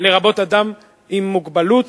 לרבות אדם עם מוגבלות,